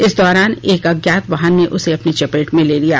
इस दौरान एक अज्ञात वाहन ने उसे अपने चपेट में ले लिया